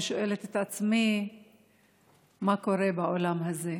ושואלת את עצמי מה קורה בעולם הזה.